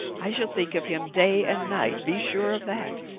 i shall think of him day and night, be sure of that.